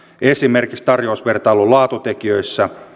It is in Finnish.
esimerkiksi tarjousvertailun laatutekijöitä